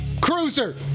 cruiser